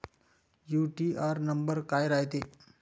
UTR number काय रायते?